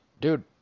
Dude